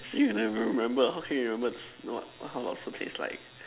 see you never even remember how can you remembers or not how lobster tastes like